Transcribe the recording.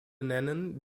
nennen